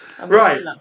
Right